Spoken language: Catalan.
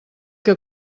que